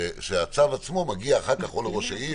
כשהצו עצמו מגיע אחר כך או לראש העיר